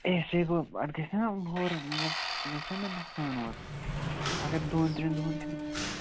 ہے سُے گوٚو اَتھ گَژھِ نا ہورُن مَطلَب سُہ گَژھِ نا مےٚ نۅقصان اورٕ اگر دۄن ترٛٮ۪ن دۅہَن چھُ